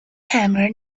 hammer